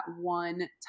one